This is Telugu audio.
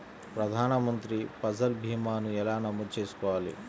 ప్రధాన మంత్రి పసల్ భీమాను ఎలా నమోదు చేసుకోవాలి?